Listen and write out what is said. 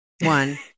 one